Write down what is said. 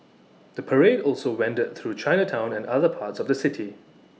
the parade also wended through Chinatown and other parts of the city